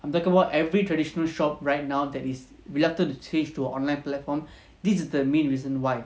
I'm talking about every traditional shop right now that is reluctant to change to online platform these are the main reason why